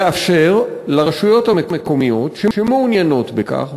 לאפשר לרשויות המקומיות שמעוניינות בכך,